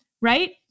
right